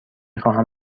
خواهم